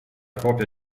copia